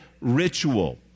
ritual